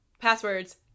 passwords